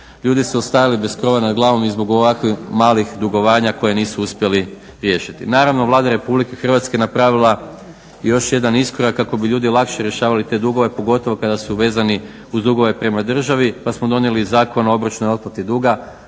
ljudi su ostajali bez krova nad glavom i zbog ovakvih malih dugovanja koje nisu uspjeli riješiti. Naravno Vlada Republike Hrvatske je napravila još jedan iskorak kako bi ljudi lakše rješavali te dugove pogotovo kada su vezani uz dugove prema državi. Pa smo donijeli Zakon o bročnoj otplati duga,